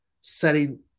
setting